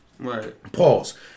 pause